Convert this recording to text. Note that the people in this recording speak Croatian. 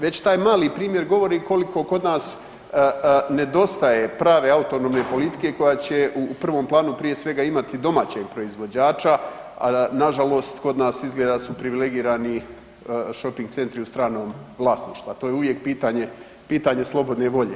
Već taj mali primjer govori koliko kod nas nedostaje prave autonomne politike koja će u prvom planu imati prije svega domaćeg proizvođača, a nažalost kod nas izgleda da su privilegirani shoping centri u stranom vlasništvu, a to je uvijek pitanje slobodne volje.